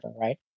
right